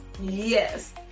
Yes